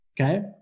Okay